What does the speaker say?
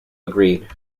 agreed